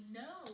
no